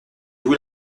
vous